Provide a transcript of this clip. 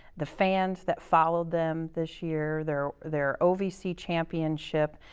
the fans that followed them this year, their their ovc championship,